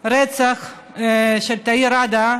הרצח של תאיר ראדה,